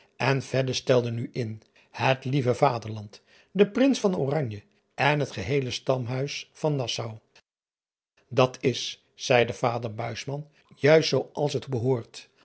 en stelde nu in et lieve aderland de rins en het geheele tamhuis at is zeide vader juist zoo als het behoort